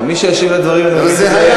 מי שישיב על הדברים, לדעתי זה שר החינוך.